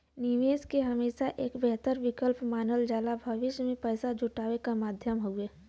निवेश के हमेशा एक बेहतर विकल्प मानल जाला भविष्य में पैसा जुटावे क माध्यम हउवे